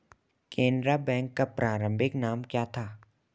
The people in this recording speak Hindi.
केनरा बैंक का प्रारंभिक नाम क्या था?